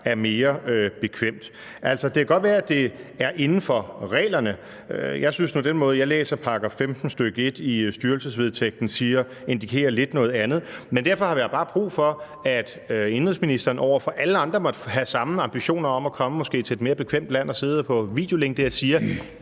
er mere bekvemt. Altså, det kan godt være, at det er inden for reglerne. Jeg synes nu, at den måde, jeg læser § 15, stk. 1, i styrelsesvedtægten på, lidt indikerer noget andet. Men derfor har jeg bare brug for, at indenrigsministeren – i forhold til alle andre, der måtte have samme ambitioner om at komme til et måske mere bekvemt land og sidde på videolink der – siger,